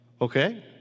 okay